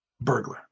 burglar